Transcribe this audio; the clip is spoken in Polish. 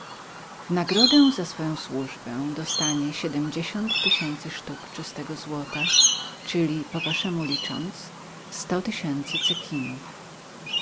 w nagrodę za swoją służbę dostanie siedmdziesiąt tysięcy sztuk czystego złota czyli po waszemu licząc sto tysięcy